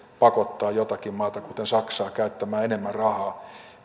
pakottaa jotakin maata kuten saksaa käyttämään enemmän rahaa